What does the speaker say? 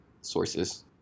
sources